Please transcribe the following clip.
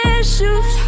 issues